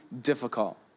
difficult